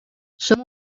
som